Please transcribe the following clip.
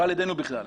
לא על ידינו בכלל,